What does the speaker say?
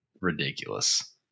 ridiculous